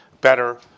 better